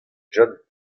john